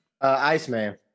Iceman